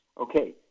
Okay